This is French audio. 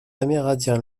amérindiens